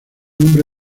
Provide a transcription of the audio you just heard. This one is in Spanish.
nombre